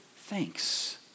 thanks